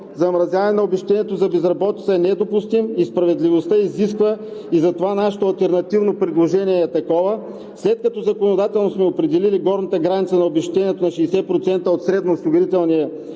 замразяване на обезщетението за безработица, е недопустим и справедливостта изисква, и затова нашето алтернативно предложение е такова, след като законодателно сме определили горната граница на обезщетението на 60% от средноосигурителния